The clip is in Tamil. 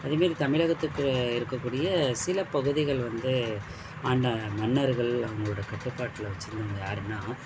அதே மாரி தமிழகத்துக்கு இருக்கக்கூடிய சில பகுதிகள் வந்து ஆண்ட மன்னர்கள் அவங்களோட கட்டுப்பாட்டில வச்சிருந்தவங்க யாருன்னா